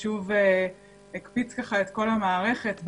הקפיץ את כל המערכת,